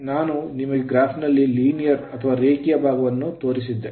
ನಾನು ನಿಮಗೆ ಗ್ರಾಫ್ ನಲ್ಲಿ linear ರೇಖೀಯ ಭಾಗವನ್ನು ತೋರಿಸಿದ್ದೆ